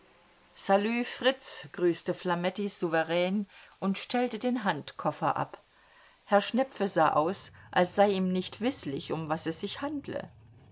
salü fritz grüßte flametti souverän und stellte den handkoffer ab herr schnepfe sah aus als sei ihm nicht wißlich um was es sich handle